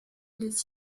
les